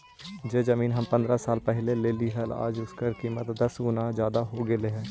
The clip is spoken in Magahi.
जो जमीन हम पंद्रह साल पहले लेली हल, आज उसकी कीमत दस गुना जादा हो गेलई हे